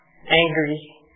angry